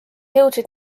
jõudsid